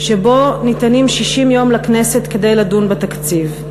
שבו ניתנים 60 יום לכנסת כדי לדון בתקציב.